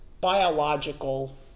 biological